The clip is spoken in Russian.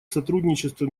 сотрудничество